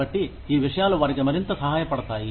కాబట్టి ఈ విషయాలు వారికి మరింత సహాయపడతాయి